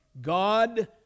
God